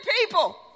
people